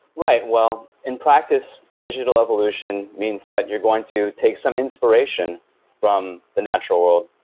right. well, in practice, digital evolution means that you're going to take some inspiration from the natural world,